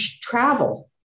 travel